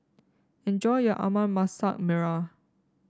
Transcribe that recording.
enjoy your ayam Masak Merah